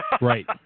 Right